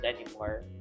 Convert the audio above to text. anymore